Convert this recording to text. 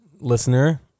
listener